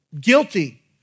guilty